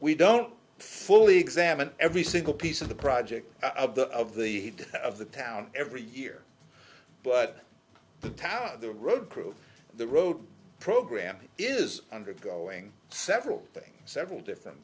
we don't fully examined every single piece of the project of the of the of the town every year but the town the road crew the road program is undergoing several things several different